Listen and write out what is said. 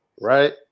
right